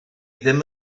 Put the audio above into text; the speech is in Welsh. ddim